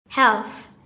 Health